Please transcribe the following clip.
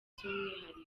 by’umwihariko